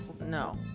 no